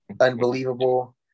unbelievable